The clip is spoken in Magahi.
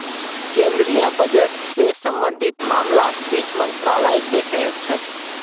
केन्द्रीय बजट स सम्बन्धित मामलाक वित्त मन्त्रालय द ख छेक